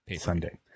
Sunday